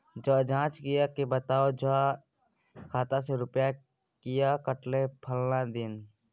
ज जॉंच कअ के बताबू त हमर खाता से रुपिया किये कटले फलना दिन?